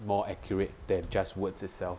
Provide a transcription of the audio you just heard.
more accurate than just words itself